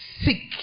sick